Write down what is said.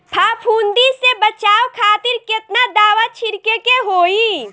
फाफूंदी से बचाव खातिर केतना दावा छीड़के के होई?